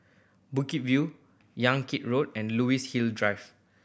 Bukit View Yan Kit Road and Luxus Hill Drive